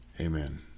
Amen